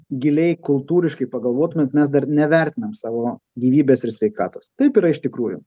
giliai kultūriškai pagalvotumėt mes dar nevertinam savo gyvybės ir sveikatos taip yra iš tikrųjų